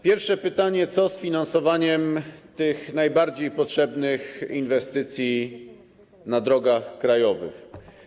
Pierwsze pytanie: Co z finansowaniem tych najbardziej potrzebnych inwestycji na drogach krajowych?